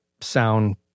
sound